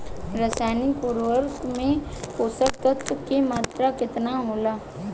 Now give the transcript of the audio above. रसायनिक उर्वरक मे पोषक तत्व के मात्रा केतना होला?